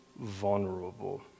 vulnerable